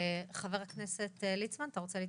חבר הכנסת ליצמן, אתה רוצה להתייחס?